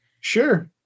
sure